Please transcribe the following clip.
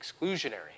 exclusionary